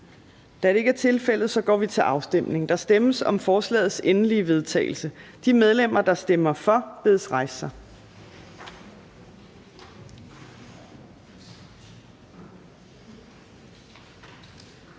Fjerde næstformand (Trine Torp): Der stemmes om forslagets endelige vedtagelse. De medlemmer, der stemmer for, bedes rejse sig.